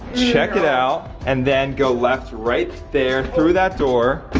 check it out. and then go left right there through that door.